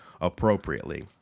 appropriately